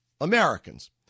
Americans